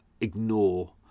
ignore